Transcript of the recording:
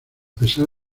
pesar